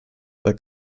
weil